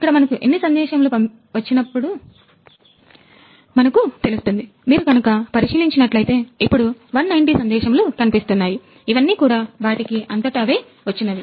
ఇక్కడ మనకు ఎన్ని సందేశములు వచ్చినవు మనకు తెలుస్తుంది మీరు గనక పరిశీలించినట్లయితే ఇప్పుడు 190 సందేశములు కనిపిస్తున్నాయి ఇవన్నీ కూడా వాటికి అంతట అవే వచ్చినవి